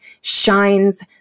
shines